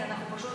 אז אנחנו פשוט